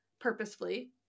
purposefully